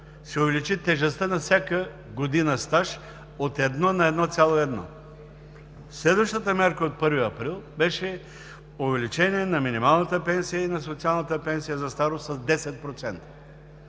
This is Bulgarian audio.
се увеличи тежестта на всяка година стаж от 1 на 1,1. Следващата мярка от 1 април беше увеличение на минималната пенсия и на социалната пенсия за старост с 10%.